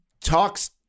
talks